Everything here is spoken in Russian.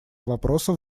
вопроса